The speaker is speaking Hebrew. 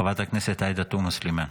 חברת הכנסת עאידה תומא סלימאן.